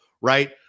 right